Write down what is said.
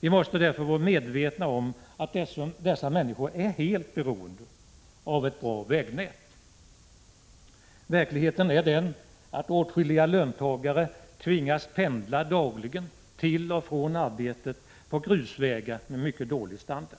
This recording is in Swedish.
Vi måste därför vara medvetna om att dessa människor är helt beroende av ett bra vägnät. Verkligheten är den att åtskilliga löntagare tvingas pendla dagligen till och från arbetet på grusvägar med mycket dålig standard.